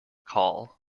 call